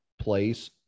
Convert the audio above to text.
place